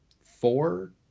four